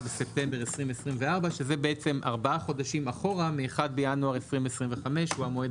1.9.24 שזה ארבעה חודשים אחורה מ-1.1.25 שהוא המועד